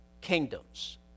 kingdoms